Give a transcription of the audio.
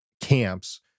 camps